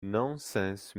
nonsense